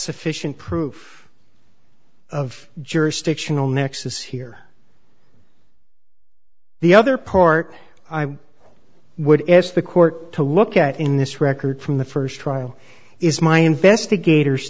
sufficient proof of jurisdictional nexus here the other part i would ask the court to look at in this record from the first trial is my investigators